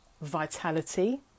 vitality